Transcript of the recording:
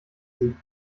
sie